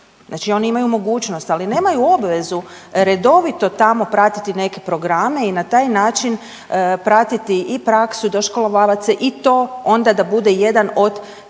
znači oni imaju mogućnost, ali nemaju obvezu redovito tamo pratiti neke programe i na taj način pratiti i praksu, doškolovavat se i to onda da bude jedan od